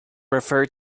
refer